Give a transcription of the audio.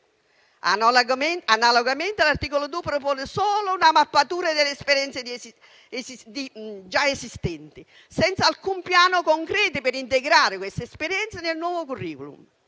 Analogamente l'articolo 2 propone solo una mappatura di esperienze già esistenti, senza alcun piano concreto per integrarle nel *curriculum*.